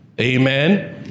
Amen